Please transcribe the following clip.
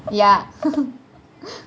ya